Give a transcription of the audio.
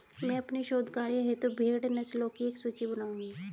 मैं अपने शोध कार्य हेतु भेड़ नस्लों की एक सूची बनाऊंगी